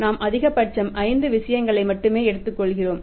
நாம் அதிகபட்சம் 5 விஷயங்களை மட்டுமே எடுத்துக்கொள்கிறோம்